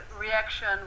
reaction